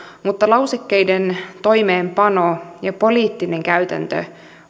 mutta lausekkeiden toimeenpano ja poliittinen käytäntö